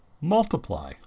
Multiply